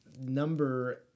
Number